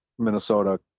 minnesota